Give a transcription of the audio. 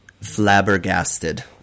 flabbergasted